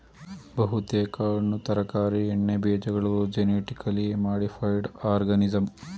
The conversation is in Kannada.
ಬಹುತೇಕ ಹಣ್ಣು ತರಕಾರಿ ಎಣ್ಣೆಬೀಜಗಳು ಜೆನಿಟಿಕಲಿ ಮಾಡಿಫೈಡ್ ಆರ್ಗನಿಸಂ